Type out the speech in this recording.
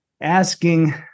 asking